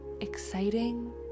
Exciting